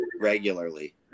regularly